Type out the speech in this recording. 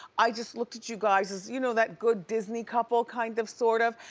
i just looked at you guys as, you know that good disney couple, kind of, sort of?